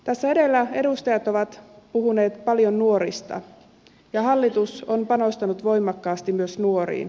tässä edellä edustajat ovat puhuneet paljon nuorista ja hallitus on panostanut voimakkaasti myös nuoriin